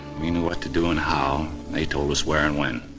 we knew what to do and how, they told us where and when.